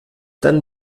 dann